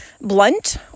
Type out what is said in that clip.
blunt